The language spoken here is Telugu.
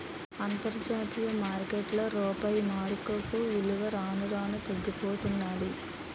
అంతర్జాతీయ మార్కెట్లో రూపాయి మారకపు విలువ రాను రానూ తగ్గిపోతన్నాది